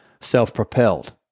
self-propelled